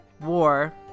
War